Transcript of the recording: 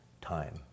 time